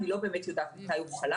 אני לא באמת יודעת מתי הוא חלה.